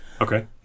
Okay